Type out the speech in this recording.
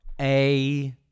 A-